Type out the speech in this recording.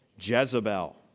Jezebel